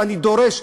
ואני דורש,